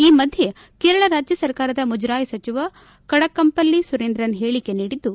ಈ ಮಧ್ಯೆ ಕೇರಳ ರಾಜ್ಯ ಸರ್ಕಾರದ ಮುಜರಾಯಿ ಸಚಿವ ಕಡಕಂಪಲ್ಲಿ ಸುರೇಂದ್ರನ್ ಹೇಳಿಕೆ ನೀಡಿದ್ದು